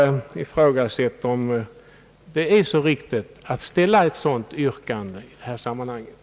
Jag ifrågasätter om det är riktigt att ställa ett sådant yrkande som herr Jacobsson gjort.